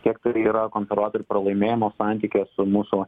kiek turi yra konservatorių pralaimėjimo santykyje su mūsų